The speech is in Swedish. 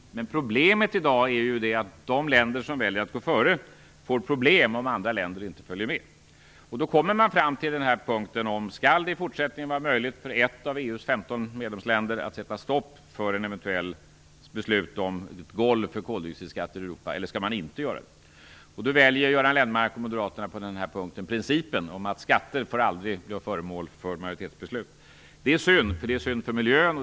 Men problemet i dag är att de länder som väljer att gå före får problem om andra inte följer med. Då kommer man fram till den här punkten: Skall det i fortsättningen vara möjligt för ett av EU:s 15 medlemsländer att sätta stopp för ett eventuellt beslut om ett golv för koldioxidskatten i Europa, eller skall det inte vara möjligt? Göran Lennmarker och Moderaterna väljer på den här punkten principen att skatter aldrig får bli föremål för majoritetsbeslut. Det är synd, för miljön.